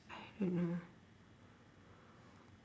I don't know